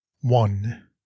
One